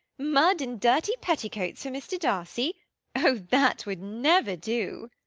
mud and dirty petticoats for mr. darcy oh, that would never do.